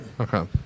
Okay